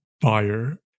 buyer